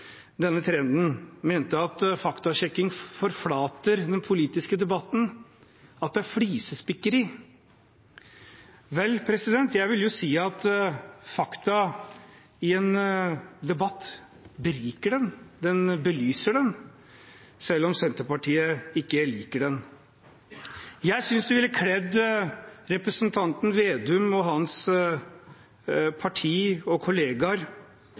denne trenden og mente at faktasjekking forflater den politiske debatten, at det er flisespikkeri. Jeg vil si at fakta i en debatt beriker den, de belyser den, selv om Senterpartiet ikke liker dem. Jeg synes det ville kledd representanten Slagsvold Vedum og hans